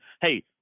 hey